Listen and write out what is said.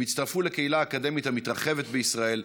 הם הצטרפו לקהילה אקדמית המתרחבת בישראל,